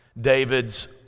David's